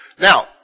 Now